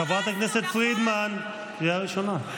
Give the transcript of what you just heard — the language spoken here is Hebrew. חברת הכנסת פרידמן, קריאה ראשונה.